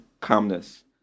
calmness